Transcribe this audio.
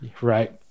right